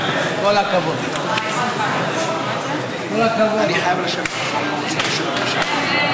חיוב ביטול חיוב באשראי בשל עסקה עם ספק מפר),